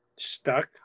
stuck